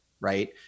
right